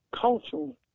cultural